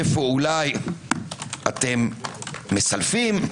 איפה אולי אתם מסלפים.